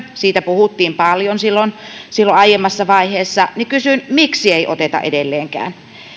siitä puhuttiin paljon silloin aiemmassa vaiheessa kysyn miksi ei oteta edelleenkään